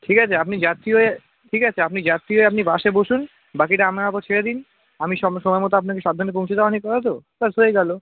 ঠিক আছে আপনি যাত্রী হয়ে ঠিক আছে আপনি যাত্রী হয়ে আপনি বাসে বসুন বাকিটা আমার উপর ছেড়ে দিন আমি সব সময় মতো আপনাকে সাবধানে পৌঁছে দাওয়া নিয়ে কথা তো ব্যাস হয়ে গেলো